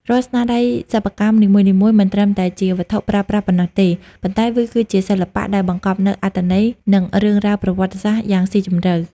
រាល់ស្នាដៃសិប្បកម្មនីមួយៗមិនត្រឹមតែជាវត្ថុប្រើប្រាស់ប៉ុណ្ណោះទេ ប៉ុន្តែវាគឺជាសិល្បៈដែលបង្កប់នូវអត្ថន័យ និងរឿងរ៉ាវប្រវត្តិសាស្ត្រយ៉ាងស៊ីជម្រៅ។